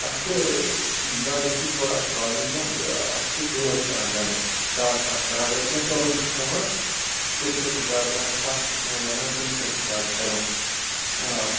اَسہِ چھِ دنٛدَس چھِ تھوڑا پرٛابلم نہ حظ اَتھ چھِ دود کَران دنٛدَس دَگ چھےٚ اَتھ کَران اگر کینٛہہ تُرُن چھِ کھٮ۪وان تَمہِ سۭتۍ چھِ دَگ کَران ژھَٹھ چھِ کینٛہہ لگان تَمہِ سۭتۍ چھِ دَگ کَران آ